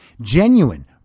Genuine